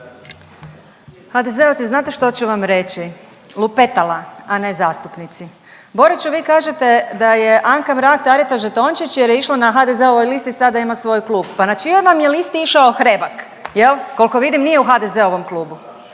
HDZ-ovci, znate što ću vam reći? Lupetala, a ne zastupnici. Boriću, vi kažete da je Anka Mrak-Taritaš žetončić jer je išla na HDZ-ovoj listi, a sada ima svoj klub. Pa na čijoj vam je listi išao Hrebak, je li? Koliko vidim, nije u HDZ-ovom klubu.